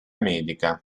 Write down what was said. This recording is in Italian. medica